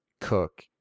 Cook